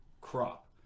crop